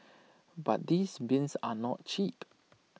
but these bins are not cheap